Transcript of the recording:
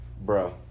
bro